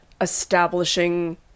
establishing